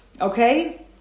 Okay